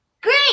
great